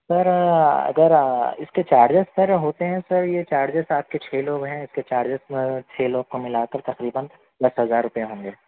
سر اگر اِس کے چارجیز سر ہوتے ہیں سر یہ چارجیز آپ کے چھ لوگ ہیں اِس کے چارجیز چھ لوگ کو مِلا کر تقریباً دس ہزار روپے ہوں گے